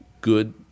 good